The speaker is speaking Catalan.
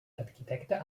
arquitecte